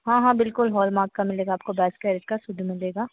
हाँ हाँ बिलकुल हॉलमार्क का मिलेगा आपको बाइस कैरेट का शुद्ध मिलेगा